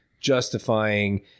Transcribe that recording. justifying